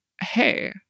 Hey